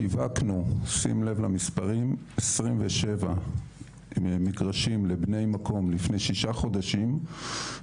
שיווקנו 27 מגרשים לבני מקום לפני 6 חודשים,